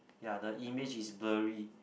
ya the image is blurry